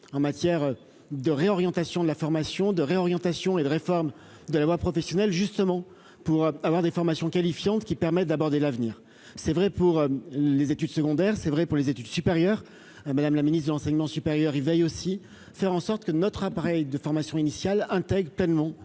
en matière de réorientation de la formation de réorientation et de réforme de la voie professionnelle, justement pour avoir des formations qualifiantes qui permettent d'aborder l'avenir c'est vrai pour les études secondaires, c'est vrai pour les études supérieures à madame la ministre de l'enseignement supérieur, il veille aussi faire en sorte que notre appareil de formation initiale, hein, tellement